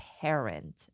parent